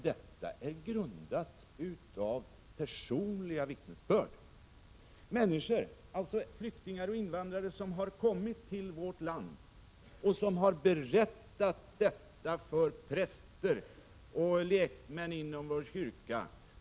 Detta är grundat på personliga vittnesbörd. Flyktingar och invandrare som har kommit till vårt land har berättat för präster och lekmän inom vår kyrka.